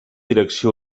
direcció